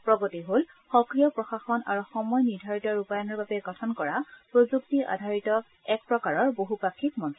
প্ৰগতি হ'ল সক্ৰিয় প্ৰশাসন আৰু সময় নিৰ্ধাৰিত ৰূপায়ণৰ বাবে গঠন কৰা প্ৰযুক্তি আধাৰিত এক প্ৰকাৰৰ বহুপাক্ষিক মঞ্চ